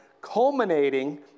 culminating